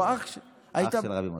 אח של רבי מסעוד.